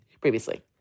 previously